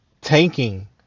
tanking